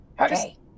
Okay